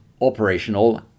operational